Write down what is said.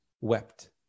wept